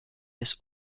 des